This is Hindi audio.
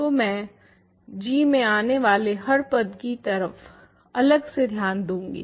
तो मैं g में आने वाले हर पद की तरफ अलग से ध्यान दूंगी